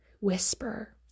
whisper